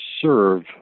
serve